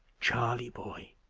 charley, boy,